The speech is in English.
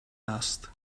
asked